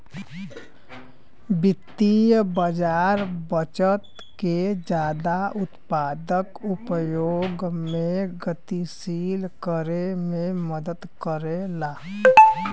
वित्तीय बाज़ार बचत के जादा उत्पादक उपयोग में गतिशील करे में मदद करला